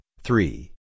three